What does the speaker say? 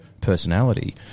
personality